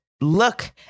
look